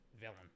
villain